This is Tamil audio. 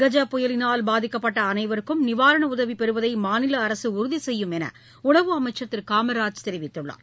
கஜ புயலினால் பாதிக்கப்பட்ட அனைவரும் நிவாரன உதவி பெறுவதை மாநில அரசு உறுதி செய்யும் என்று உணவு அமைச்சர் திரு காமராஜ் தெரிவித்துள்ளார்